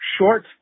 Short